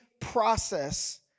process